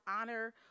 honor